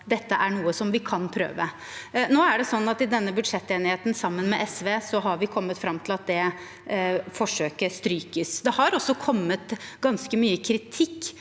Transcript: Nå er det sånn at vi i denne budsjettenigheten sammen med SV har kommet fram til at det forsøket strykes. Det har også kommet ganske mye kritikk